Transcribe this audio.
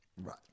Right